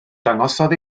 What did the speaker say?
dangosodd